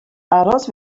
aros